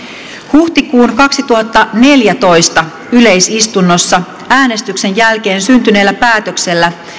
huhtikuun kaksituhattaneljätoista yleisistunnossa äänestyksen jälkeen syntyneellä päätöksellä